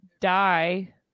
die